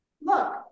Look